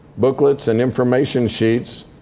booklets, and information sheets,